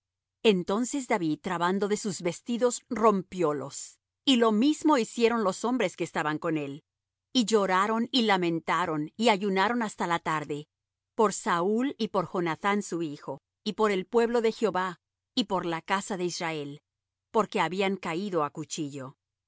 entonces david trabando de sus vestidos rompiólos y lo mismo hicieron los hombres que estaban con él y lloraron y lamentaron y ayunaron hasta la tarde por saúl y por jonathán su hijo y por el pueblo de jehová y por la casa de israel porque habían caído á cuchillo